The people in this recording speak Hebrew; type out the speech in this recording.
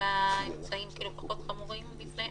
באמצעים הפחות חמורים מזה?